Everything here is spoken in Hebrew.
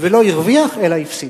ולא הרוויח, אלא הפסיד.